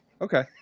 Okay